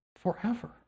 forever